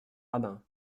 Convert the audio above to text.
rabin